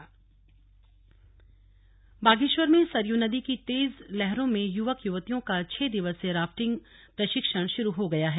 rafting प्रशिक्षण बागेश्वर में सरयू नदी की तेज लहरों में युवक युवतियों का छह दिवसीय राफिटंग प्रशिक्षण शुरू हो गया है